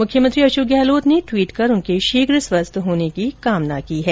मुख्यमंत्री अशोक गहलोत ने ट्वीट कर उनके शीघ्र स्वस्थ होने की कामना की है